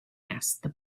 asked